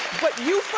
but you